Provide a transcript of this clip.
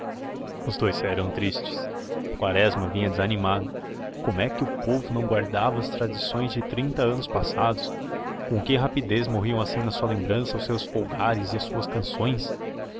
os dous saíram tristes quaresma vinha desanimado como é que o povo não guardava as tradições de trinta anos passados com que rapidez morriam assim na sua lembrança os seus folgares e as suas canções